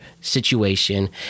situation